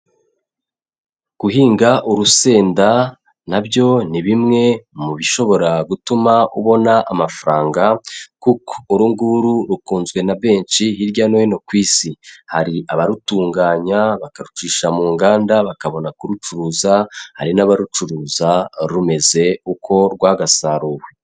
Guhinga urusenda na byo ni bimwe mu bishobora gutuma ubona amafaranga, kuko uru nguru rukunzwe na benshi hirya no hino ku Isi. Hari abarutunganya bakarucisha mu nganda bakabona kurucuruza, hari n'abarucuruza rumeze uko rwagasaruwe.